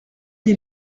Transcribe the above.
des